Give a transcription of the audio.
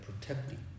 protecting